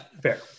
Fair